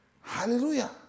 Hallelujah